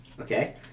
okay